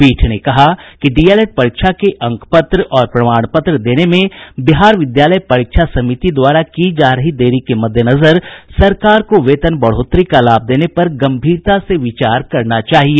पीठ ने कहा कि डीएलएड परीक्षा के अंक पत्र और प्रमाण पत्र देने में बिहार विद्यालय परीक्षा समिति द्वारा की जा रही देरी के मद्देनजर सरकार को वेतन बढ़ोतरी का लाभ देने पर गम्भीरता से विचार करना चाहिए